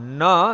no